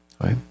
Right